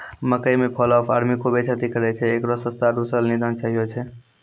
मकई मे fall of army खूबे क्षति करेय छैय, इकरो सस्ता आरु सरल निदान चाहियो छैय?